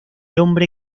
hombre